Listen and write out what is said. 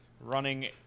running